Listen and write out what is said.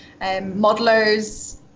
modelers